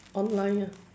online ah